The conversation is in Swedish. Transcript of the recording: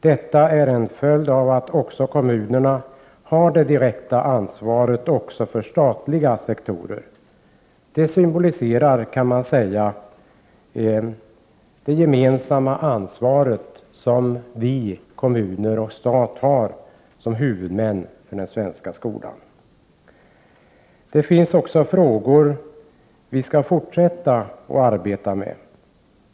Detta är en följd av att kommunerna har det direkta ansvaret även för statliga sektorer. Det symboliserar, kan man säga, det gemensamma ansvar som kommuner och stat har som huvudmän för den svenska skolan. Det finns också frågor vi skall fortsätta att arbeta med.